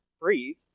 breathe